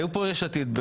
היו כאן יש עתיד,